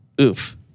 oof